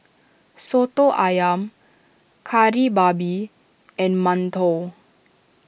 Soto Ayam Kari Babi and Mantou